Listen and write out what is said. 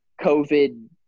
COVID